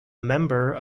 member